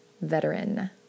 veteran